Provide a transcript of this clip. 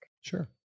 Sure